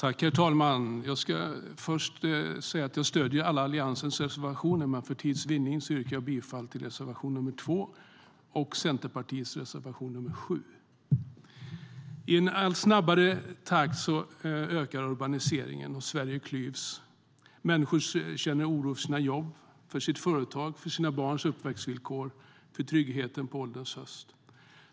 Herr talman! Jag stöder alla Alliansens reservationer, men för tids vinnande yrkar jag bifall till reservation nr 2 och till Centerpartiets reservation nr 7.Urbaniseringen ökar i en allt snabbare takt och Sverige klyvs. Människor känner oro för sina jobb, för sitt företag, för sina barns uppväxtvillkor och för tryggheten på ålderns höst.